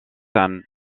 san